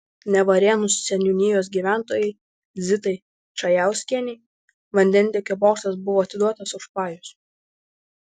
nevarėnų seniūnijos gyventojai zitai čajauskienei vandentiekio bokštas buvo atiduotas už pajus